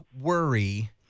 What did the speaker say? worry